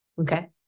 Okay